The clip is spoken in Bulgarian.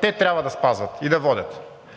те трябва да спазват и да водят.